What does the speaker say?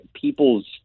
people's –